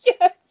Yes